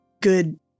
good